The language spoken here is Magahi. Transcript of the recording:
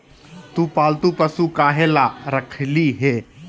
तु पालतू पशु काहे ला रखिली हें